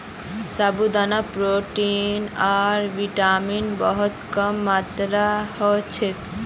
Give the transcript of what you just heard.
साबूदानात प्रोटीन आर विटामिन बहुत कम मात्रात ह छेक